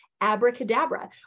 abracadabra